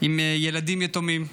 עם ילדים יתומים.